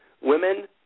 Women